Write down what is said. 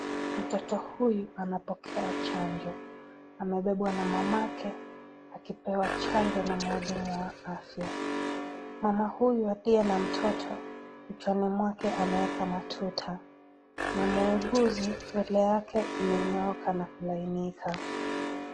Mtoto huyu anapokea chanjo, amebebwa na mamake akipewa chanjo na mhudumu wa afya mama huyu aliye na mtoto kichwani mwake, ameweka matuta na muuguzi nywele yake imenyooka na kulainika.